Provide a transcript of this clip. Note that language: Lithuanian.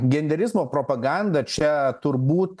genderizmo propaganda čia turbūt